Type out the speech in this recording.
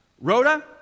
Rhoda